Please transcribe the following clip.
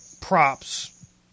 props